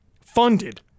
funded